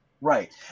Right